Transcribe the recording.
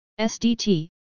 SDT